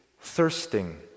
thirsting